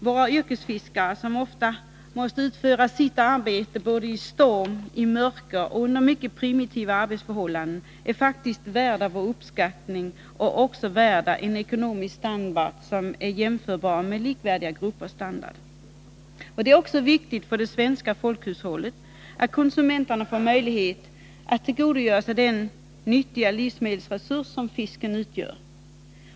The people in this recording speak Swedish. Våra yrkesfiskare, som ofta måste utföra sitt arbete i mörker, i storm och under mycket primitiva arbetsförhållanden, är faktiskt värda vår uppskattning och en ekonomisk standard som är jämförbar med likvärdiga gruppers. Det är också viktigt för det svenska folkhushållet att konsumenterna får möjlighet att tillgodogöra sig den nyttiga livsmedelsresurs som fisken utgör.